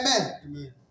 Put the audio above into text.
Amen